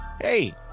Hey